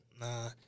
Nah